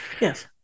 Yes